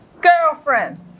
girlfriend